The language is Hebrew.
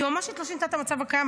היועמ"שית לא שינתה את המצב הקיים,